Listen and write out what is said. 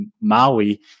maui